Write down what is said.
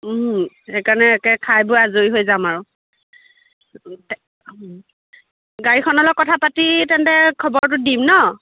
সেইকাৰণে একে খায় বৈ আজৰি হৈ যাম আৰু গাড়ীখনৰ লগত কথা পাতি তেন্তে খবৰটো দিম ন